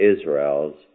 Israel's